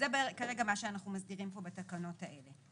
זה כרגע מה שאנחנו מסדירים פה בתקנות האלה.